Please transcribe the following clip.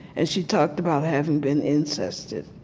and she talked about having been incested.